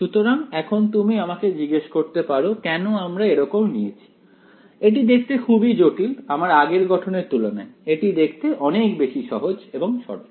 সুতরাং এখন তুমি আমাকে জিজ্ঞেস করতে পারো কেন আমরা এরকম নিয়েছি এটি দেখতে খুবই জটিল আমার আগের গঠনের তুলনায় এটি দেখতে অনেক বেশি সহজ এবং সরল